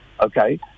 okay